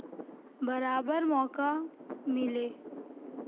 برابر موقع ملے